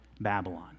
Babylon